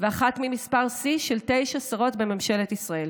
ואחת מתשע שרות בממשלת ישראל,